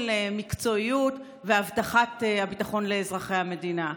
מקצועיות והבטחת הביטחון לאזרחי המדינה.